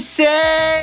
say